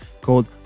called